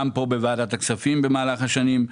גם כאן בוועדת הכספים במהלך השנים,